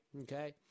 Okay